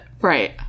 right